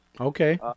Okay